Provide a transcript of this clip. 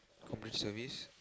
community service